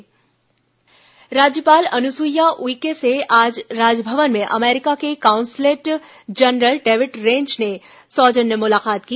राज्यपाल भेंट राज्यपाल अनुसुईया उइके से आज राजभवन में अमेरिका के काउंसलेट जनरल डेविड रेंज ने सौजन्य मुलाकात की